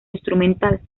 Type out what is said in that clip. instrumental